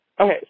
Okay